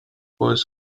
was